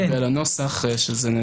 התגבש ביחד סביב הצעה שהיא בראש ובראשונה